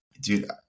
Dude